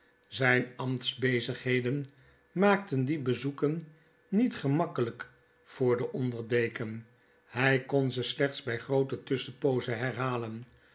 zyne ambtsbezigheden maakten die bezoeken niet gemakkelyk voor den onder deken hy kon ze slechts by groote tusschenpoozen herhalen